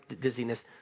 dizziness